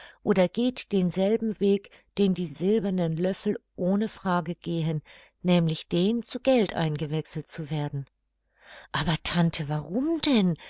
oder geht denselben weg den die silbernen löffel ohne frage gehen nämlich den zu geld eingewechselt zu werden aber tante warum denn